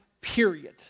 period